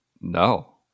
No